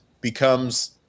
becomes